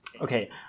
Okay